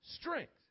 strength